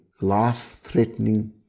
life-threatening